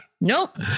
nope